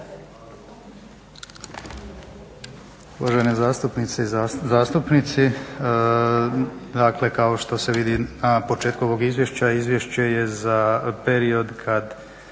Uvažena zastupnice i zastupnici. Dakle, kao što se vidi na početku ovog izvješća, izvješće je za period kad